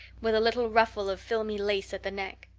with a little ruffle of filmy lace at the neck.